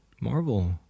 Marvel